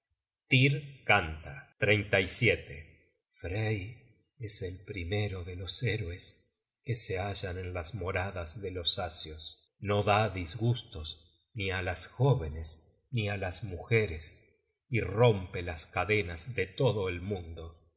canta frey es el primero de los héroes que se hallan en las moradas de los asios no da disgustos ni á las jóvenes niá las mujeres y rompe las cadenas de todo el mundo